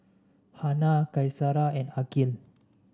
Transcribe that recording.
Hana Qaisara and Aqil